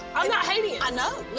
i'm not hating it. i know.